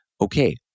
okay